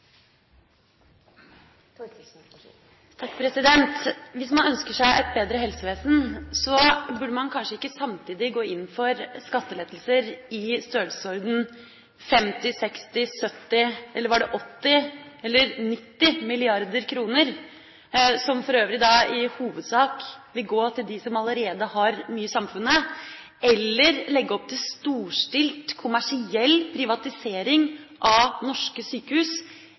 Hvis man ønsker seg et bedre helsevesen, burde man kanskje ikke samtidig gå inn for skattelettelser i størrelsesorden 50, 60, 70 eller var det 80 eller 90 mrd. kr – som for øvrig i hovedsak vil gå til dem som allerede har mye i samfunnet – eller legge opp til storstilt kommersiell privatisering av norske sykehus,